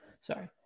Sorry